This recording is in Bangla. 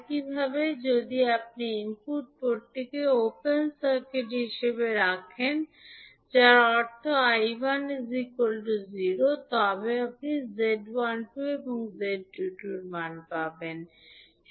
একইভাবে আপনি যদি ইনপুট পোর্টটিকে ওপেন সার্কিট হিসাবে রাখেন তবে এর অর্থ 𝐈1 0 তারপরে আপনি এর মান পাবেন এবং